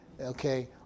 okay